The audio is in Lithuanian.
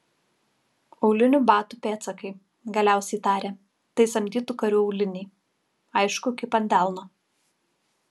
aulinių batų pėdsakai galiausiai tarė tai samdytų karių auliniai aišku kaip ant delno